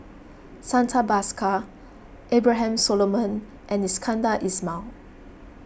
Santha Bhaskar Abraham Solomon and Iskandar Ismail